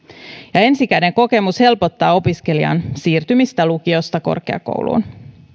ensikäden kokemus helpottaa opiskelijan siirtymistä lukiosta korkeakouluun